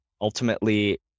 ultimately